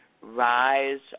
rise